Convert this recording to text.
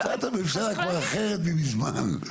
בסדר הצעת הממשלה כבר אחרת ממזמן,